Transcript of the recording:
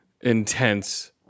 intense